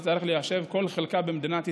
וצריך ליישב כל חלקה במדינת ישראל,